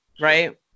right